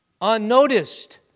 unnoticed